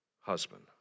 husband